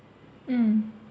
mm